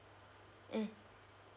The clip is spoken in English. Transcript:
mm